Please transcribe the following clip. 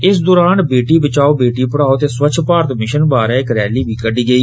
इस दौरान 'बेटी बचाओ बेटी पढ़ाओ' ते स्वच्छ भारत मिषन बारे इक रैली बी कड्डी गेई